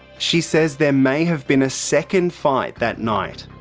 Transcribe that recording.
she says there may have been a second fight that night,